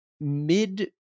mid